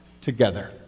together